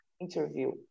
interview